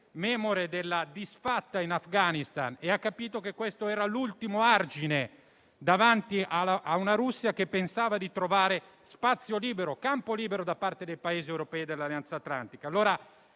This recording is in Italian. memore della disfatta in Afghanistan. E hanno capito che questo era l'ultimo argine davanti a una Russia che pensava di trovare campo libero da parte dei Paesi europei e dell'Alleanza atlantica.